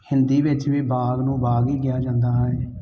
ਹਿੰਦੀ ਵਿੱਚ ਵੀ ਬਾਹਰ ਨੂੰ ਬਾਹਰ ਹੀ ਕਿਹਾ ਜਾਂਦਾ ਹੈ